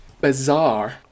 bizarre